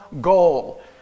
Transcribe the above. goal